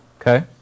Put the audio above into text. Okay